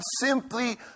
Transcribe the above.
simply